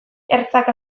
ertzak